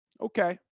Okay